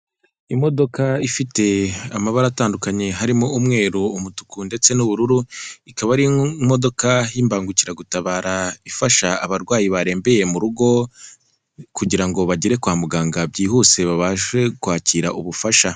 Imodoka ifite amabara atandukanye harimo umweru, umutuku ndetse n'ubururu, ikaba ari imodoka y'imbangukiragutabara ifasha abarwayi barembeye mu rugo kugira ngo bagere kwa muganga byihuse, babashe kwakira ubufasha.